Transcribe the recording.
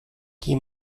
qui